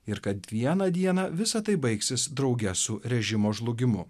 ir kad vieną dieną visa tai baigsis drauge su režimo žlugimu